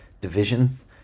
divisions